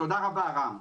תודה רבה רם.